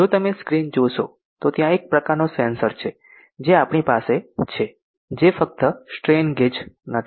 જો તમે સ્ક્રીન જોશો તો ત્યાં એક પ્રકારનો સેન્સર છે જે આપણી પાસે છે જે ફક્ત સ્ટ્રેન ગેજ નથી